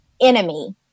enemy